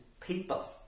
people